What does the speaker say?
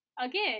again